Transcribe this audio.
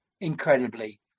incredibly